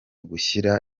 gushyira